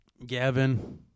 Gavin